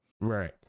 Right